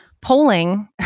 polling